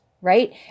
right